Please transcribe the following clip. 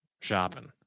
shopping